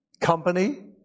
Company